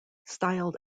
styled